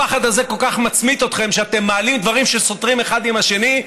הפחד הזה כל כך מצמית אתכם שאתם מעלים דברים שסותרים אחד את השני.